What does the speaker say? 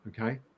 okay